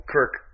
Kirk